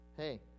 Hey